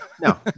No